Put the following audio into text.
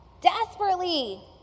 Desperately